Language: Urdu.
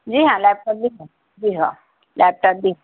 جی ہاں لیپٹاپ بھی ہے جی ہاں لیپٹاپ بھی